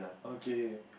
okay